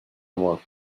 amor